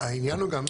העניין הוא גם,